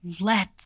Let